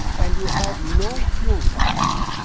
and you have no fuel costs.